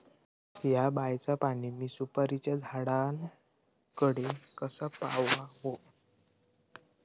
हया बायचा पाणी मी सुपारीच्या झाडान कडे कसा पावाव?